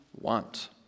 want